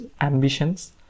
ambitions